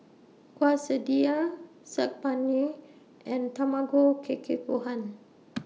Quesadillas Saag Paneer and Tamago Kake Gohan